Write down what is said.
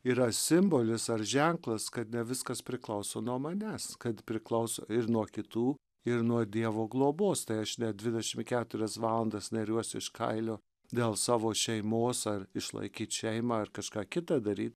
yra simbolis ar ženklas kad ne viskas priklauso nuo manęs kad priklauso ir nuo kitų ir nuo dievo globos tai aš net dvidešim keturias valandas neriuosi iš kailio dėl savo šeimos ar išlaikyt šeimą ar kažką kita daryt